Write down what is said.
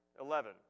Eleven